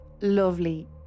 lovely